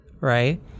right